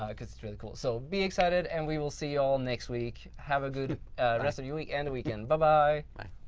ah because it's really cool. so be excited and we will see you all next week. have a good rest of your week and weekend. bye-bye. bye.